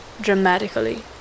dramatically